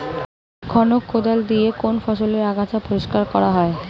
খনক কোদাল দিয়ে কোন ফসলের আগাছা পরিষ্কার করা হয়?